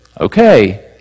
okay